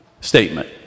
statement